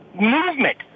movement